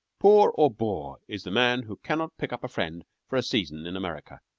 poor or boor is the man who cannot pick up a friend for a season in america